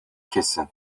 kesin